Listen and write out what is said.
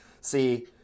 see